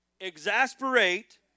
exasperate